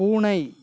பூனை